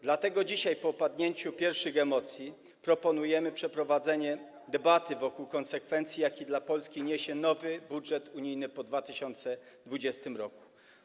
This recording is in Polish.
Dlatego dzisiaj, po opadnięciu pierwszych emocji, proponujemy przeprowadzenie debaty wokół konsekwencji, jakie dla Polski niesie nowy budżet unijny po 2020 r.